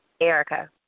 Erica